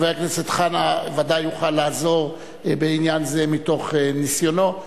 וחבר הכנסת חנא ודאי יוכל לעזור בעניין זה מתוך ניסיונו.